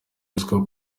uziko